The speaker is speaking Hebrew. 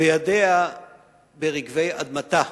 וידיה ברגבי אדמתה,